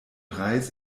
reis